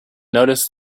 noticed